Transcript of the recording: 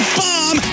bomb